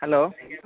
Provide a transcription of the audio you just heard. hello